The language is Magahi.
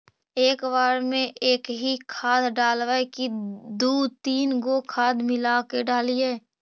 एक बार मे एकही खाद डालबय की दू तीन गो खाद मिला के डालीय?